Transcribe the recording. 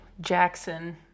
Jackson